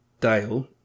Dale